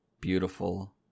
beautiful